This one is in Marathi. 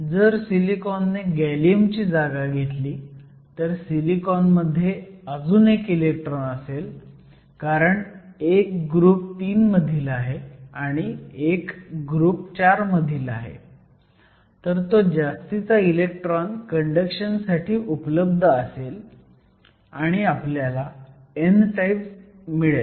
जर सिलिकॉनने गॅलियमची जागा घेतली आणि सिलिकॉन मध्ये अजून एक इलेक्ट्रॉन असेल कारण एक ग्रुप 3 मधील आहे आणि एक ग्रुप 4 मधील तर तो जास्तीचा इलेक्ट्रॉन कंडक्शन साठी उपलब्ध असेल आणि आपल्याला n टाईप मिळेल